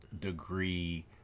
degree